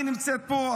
היא נמצאת פה,